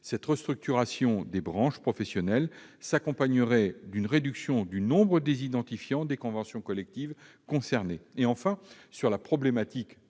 Cette restructuration des branches professionnelles s'accompagnerait d'une réduction du nombre des identifiants des conventions collectives concernées. Enfin, sur la problématique des